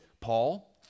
Paul